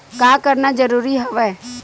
का करना जरूरी हवय?